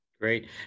Great